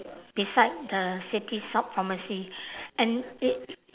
beside the city shop pharmacy and it